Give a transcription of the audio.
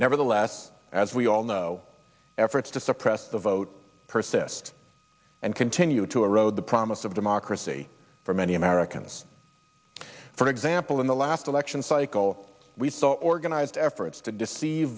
nevertheless as we all know efforts to suppress the vote persist and continue to erode the promise of democracy for many americans for example in the last election cycle we saw organized efforts to deceive